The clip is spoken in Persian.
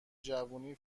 جوونی